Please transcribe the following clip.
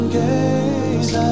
gaze